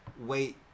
wait